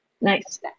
Nice